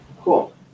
Cool